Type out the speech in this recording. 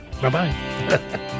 Bye-bye